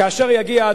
כאשר יגיע,